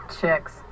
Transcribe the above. chicks